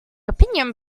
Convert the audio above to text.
opinion